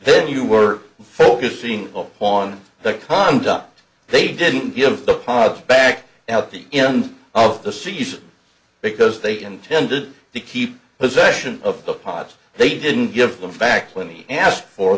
then you were focusing on the conduct they didn't give the pod back at the end of the season because they intended to keep possession of the parts they didn't give them fact when he asked for